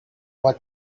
what